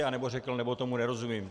Anebo řekl: nebo tomu nerozumím.